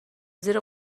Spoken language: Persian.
زیر